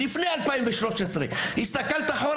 תסתכלי אחורה,